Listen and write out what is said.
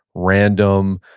random,